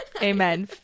Amen